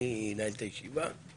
מי ינהל את הישיבה?